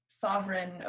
sovereign